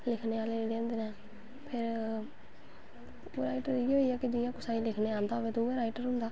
जियां तुस लाई लैऔ भला कटिंग च होंदी मुश्कल पैह्लैं आंदी मुश्कल कटिंग च कि कटिंग किस हिसाबे दी करनी ऐ कटिंग